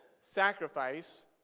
sacrifice